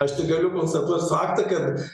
aš tik galiu konstatuot faktą kad